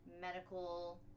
medical